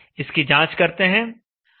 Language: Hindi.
इसकी जांच करते हैं